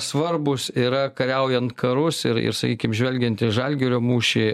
svarbūs yra kariaujant karus ir ir sakykim žvelgiant į žalgirio mūšį